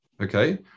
Okay